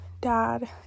dad